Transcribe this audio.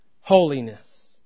holiness